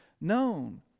known